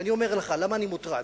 ואני אומר לך, למה אני מוטרד?